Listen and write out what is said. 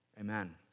Amen